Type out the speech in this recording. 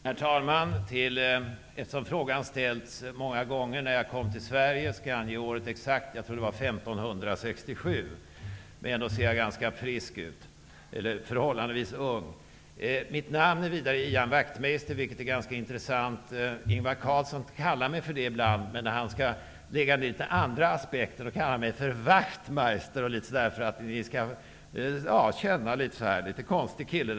Herr talman! Eftersom frågan när jag kom till Sverige har ställts många gånger, skall jag ange året exakt. Jag tror det var 1567. Ändå ser jag ganska frisk och förhållandevis ung ut. Mitt namn är vidare Ian Wachtmeister, vilket är ganska intressant. Ingvar Carlsson kallar mig för det ibland. Men när han skall lägga litet andra aspekter på det kallar han mig för Ian Wachtmajster, för att det skall kännas som att det där är en litet konstig kille.